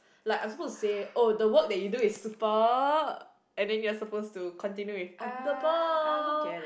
like I'm supposed to say oh the work that you do is super and then you are supposed to continue with on the ball